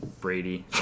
Brady